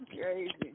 Crazy